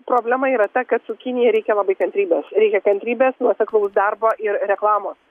problema yra ta kad su kinija reikia labai kantrybės reikia kantrybės nuoseklaus darbo ir reklamos